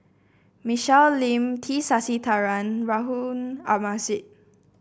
Michelle Lim T Sasitharan Harun Aminurrashid